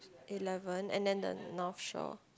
eleven and then the North Shore